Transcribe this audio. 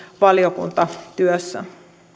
valiokuntatyössä